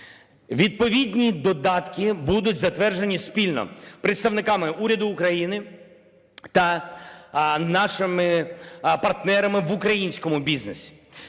Відповідні додатки будуть затверджені спільно представниками уряду України та нашими партнерами в українському бізнесі.